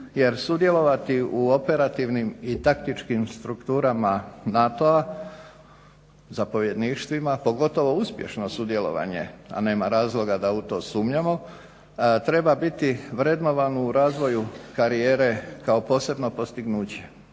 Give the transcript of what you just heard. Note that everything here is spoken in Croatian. jer sudjelovati u operativnim i taktičkim strukturama NATO-a, zapovjedništvima, pogotovo uspješno sudjelovanje a nema razloga da u to sumnjamo, treba biti vrednovano u razvoju karijere kao posebno postignuće.